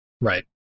right